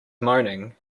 moaning